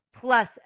plus